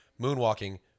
moonwalking